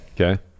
Okay